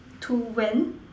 to when